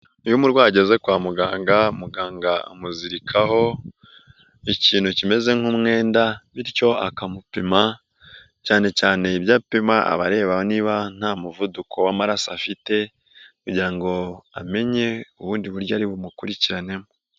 Iyo umurwayi ageze kwa muganga, muganga amuzirikaho ikintu kimeze nk'umwenda, bityo akamupima cyane cyane ibyo apima, abareba niba nta muvuduko w'amaraso afite kugira ngo amenye ubundi buryo ari bumukurikiranemo.